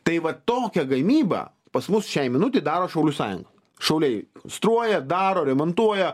tai vat tokią gamybą pas mus šiai minutei daro šaulių sąjunga šauliai konstruoja daro remontuoja